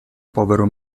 povero